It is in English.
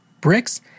bricks